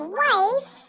wife